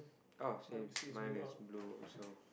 oh same mine is blue also